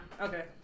Okay